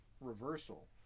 reversal